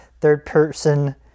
third-person